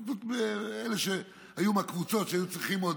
אלה שהיו בקבוצות שהיו צריכים עוד,